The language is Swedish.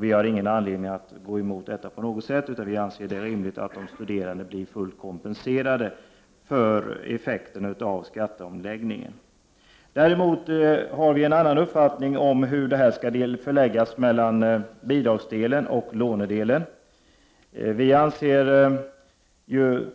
Vi har ingen anledning att gå emot detta, utan vi anser att det är rimligt att de studerande blir fullt kompenserade för effekterna av skatteomläggningen. Däremot har vi en annan uppfattning om hur kompensationen skall fördelas mellan bidragsdelen och lånedelen. Vi anser